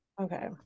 okay